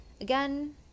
again